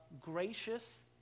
gracious